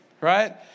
right